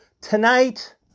Tonight